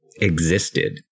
existed